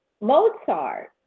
Mozart